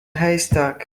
haystack